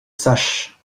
sache